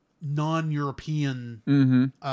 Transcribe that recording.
non-European